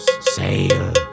sail